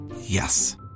Yes